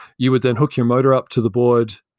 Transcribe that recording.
you would then hook your motor up to the board,